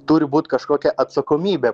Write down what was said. turi būt kažkokia atsakomybė